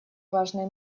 важный